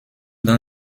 dans